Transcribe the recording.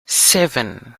seven